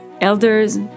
Elders